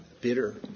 bitter